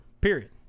period